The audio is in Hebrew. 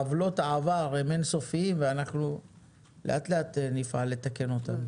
עוולות העבר אין-סופיים ואנחנו לאט-לאט נפעל לתקן אותם.